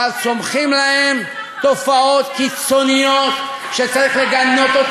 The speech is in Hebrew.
אבל צומחות להן תופעות קיצוניות שצריך לגנות.